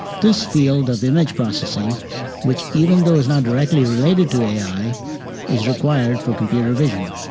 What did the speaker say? this field of image processing which even though is not directly related to ai is required for computer vision.